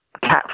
Cat